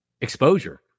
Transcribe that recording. exposure